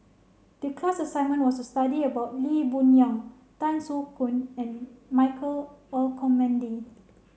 the class assignment was to study about Lee Boon Yang Tan Soo Khoon and Michael Olcomendy